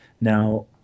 Now